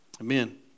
Amen